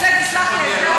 בזה תסלח לי,